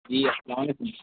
جی السلام علیکم